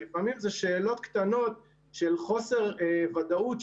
לפעמים זה שאלות קטנות של חוסר ודאות,